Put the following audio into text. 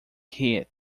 hit